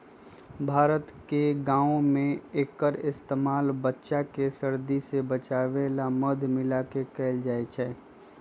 भारत के गाँव में एक्कर इस्तेमाल बच्चा के सर्दी से बचावे ला मध मिलाके कएल जाई छई